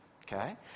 Okay